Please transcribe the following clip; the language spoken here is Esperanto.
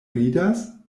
ridas